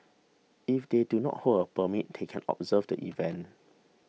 if they do not hold a permit they can observe the event